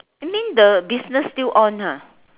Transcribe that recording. you mean the business still on ha